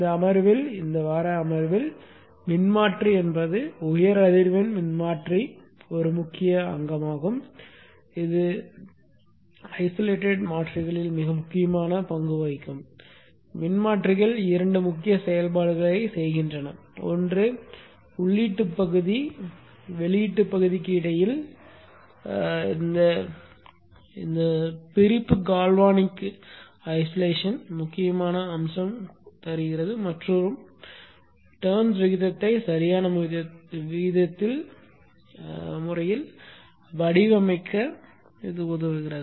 இந்த அமர்வில் இந்த வார அமர்வில் மின்மாற்றி என்ற உயர் அதிர்வெண் மின்மாற்றி ஒரு முக்கிய அங்கமாகும் இது தனிமைப்படுத்தப்பட்ட மாற்றிகளில் மிக முக்கிய பங்கு வகிக்கும் மின்மாற்றிகள் 2 முக்கிய செயல்பாடுகளைச் செய்கின்றன ஒன்று உள்ளீட்டு பகுதி வெளியீட்டுப் பகுதிக்கு இடையில் பிரிப்பு கால்வனிக் தனிமைப்படுத்தல் முக்கியமான அம்சம் மற்றொரு டர்ன்ஸ் விகிதத்தை சரியான முறையில் வடிவமைக்க உள்ளது